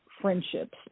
friendships